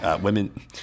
women